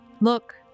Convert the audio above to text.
look